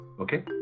Okay